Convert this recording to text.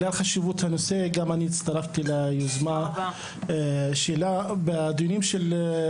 הצטרפתי ליוזמה שלה בגלל חשיבות הנושא.